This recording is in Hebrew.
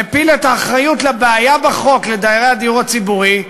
מפיל את האחריות לבעיה בחוק על דיירי הדיור הציבורי,